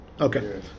Okay